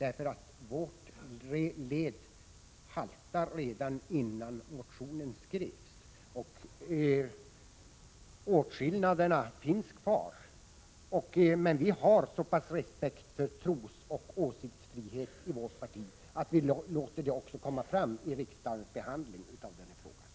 Vpk:s led haltade redan innan motionen skrevs — och skillnaderna finns kvar — men vi har så pass stor respekt för trosoch åsiktsfrihet i vårt parti att vi också låter det komma fram i riksdagsbehandlingen av denna fråga.